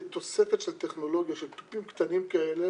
תהיה תוספת של טכנולוגיה של תופים קטנים כאלה